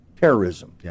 terrorism